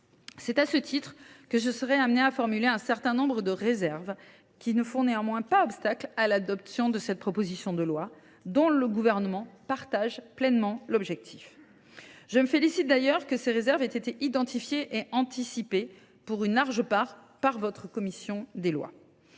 À cet égard, je serai amenée à formuler un certain nombre de réserves, qui ne feront néanmoins pas obstacle à l’adoption de cette proposition de loi, dont le Gouvernement partage pleinement l’objectif. Je me félicite d’ailleurs que ces réserves aient été identifiées et anticipées, pour une large part, par votre commission des lois.